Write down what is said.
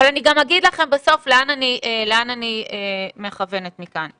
אבל אני גם אגיד לכם בסוף לאן אני מכוונת מכאן.